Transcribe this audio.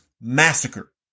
Massacre